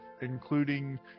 including